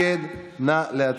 אנחנו לא מתנגדים לו.